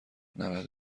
نود